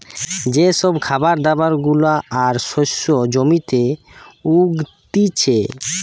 যে সব খাবার দাবার গুলা আর শস্য জমিতে উগতিচে